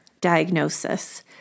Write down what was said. diagnosis